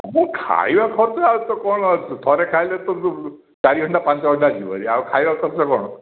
ହଁ ମ ଆଉ ଖାଇବା ଖର୍ଚ୍ଚ ଆଉ କ'ଣ ଅଛି ଥରେ ଖାଇଲେ ତୋର ତ ଚାରି ଘଣ୍ଟା ପାଞ୍ଚ ଘଣ୍ଟା ଯିବ ଆଉ ଖାଇବା ଖର୍ଚ୍ଚ କ'ଣ